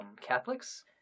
Catholics